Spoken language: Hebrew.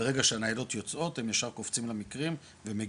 וברגע שהניידות יוצאות הם ישר קופצים למקרים ומגיבים.